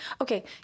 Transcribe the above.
okay